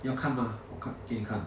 你要看吗我看给你看